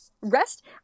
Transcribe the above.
Rest